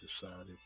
decided